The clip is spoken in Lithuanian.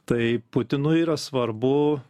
tai putinui yra svarbu